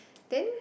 then